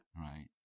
right